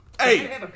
Hey